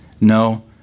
no